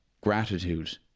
gratitude